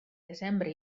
desembre